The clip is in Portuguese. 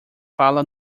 fala